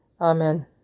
amen